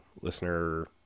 listener